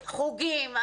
חוגים,